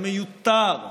המיותר,